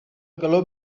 calor